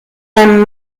beim